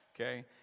okay